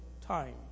time